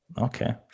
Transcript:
okay